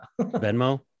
venmo